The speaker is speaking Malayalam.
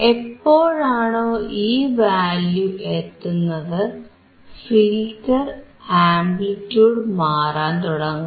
എപ്പോഴാണോ ഈ വാല്യൂ എത്തുന്നത് ഫിൽറ്റർ ആംപ്ലിറ്റിയൂഡ് മാറ്റാൻ തുടങ്ങും